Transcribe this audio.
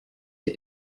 der